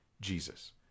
Jesus